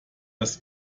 das